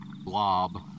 blob